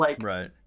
Right